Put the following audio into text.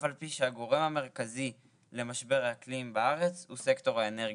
אף על פי שהגורם המרכזי למשבר האקלים בארץ הוא סקטור האנרגיה.